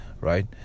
right